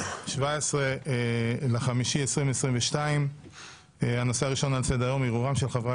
17 במאי 2022. הנושא הראשון על סדר-היום: ערעורם של חברי